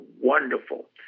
wonderful